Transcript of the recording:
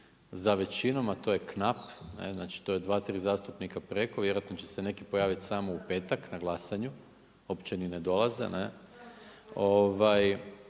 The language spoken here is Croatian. za većinom a to je knap, ne, to je 2, 3 zastupnika preko, vjerojatno će se neki pojaviti samo u petak, na glasanju, uopće ni ne dolaze,